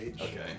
Okay